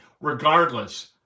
regardless